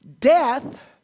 Death